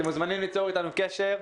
אתם מוזמנים ליצור איתנו קשר.